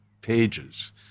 pages